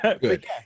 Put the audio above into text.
Good